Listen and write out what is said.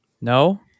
no